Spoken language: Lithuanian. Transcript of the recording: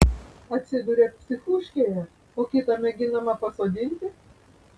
atsiduria psichuškėje o kitą mėginama pasodinti